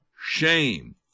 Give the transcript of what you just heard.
shame